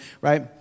Right